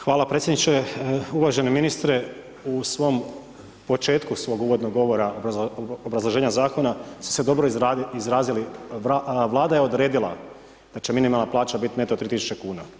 Hvala predsjedniče, uvaženi ministre u početku svog uvodnog govora u obrazloženja zakona ste se dobro izrazili, vlada je odredila, da će minimalna plaća biti neto 3000 kn.